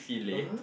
ah !huh!